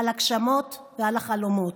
על ההגשמות ועל החלומות.